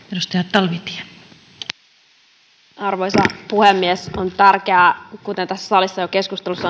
arvoisa puhemies on tärkeää kuten tässä salissa jo keskustelussa